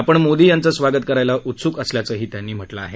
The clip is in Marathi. आपण मोदी यांचं स्वागत करायला उत्सुक असल्याचंही त्यांनी म्हटलं आहे